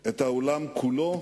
את העולם כולו,